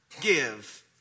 give